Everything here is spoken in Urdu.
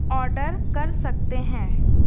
آڈر کر سکتے ہیں